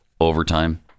overtime